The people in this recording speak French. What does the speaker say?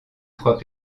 trois